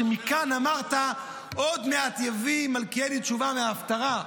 שמכאן אמרת: עוד מעט יביא מלכיאלי תשובה מההפטרה.